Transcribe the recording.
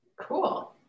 Cool